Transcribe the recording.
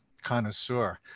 connoisseur